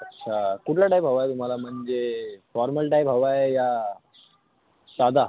अच्छा कुठला टाईप हवा आहे तुम्हाला म्हणजे फॉर्मल टाईप हवा आहे या साधा